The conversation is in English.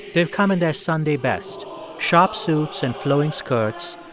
they've come in their sunday best sharp suits and flowing skirts,